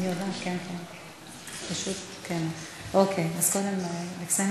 כן, אנחנו, אז נעביר לוועדה.